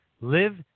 live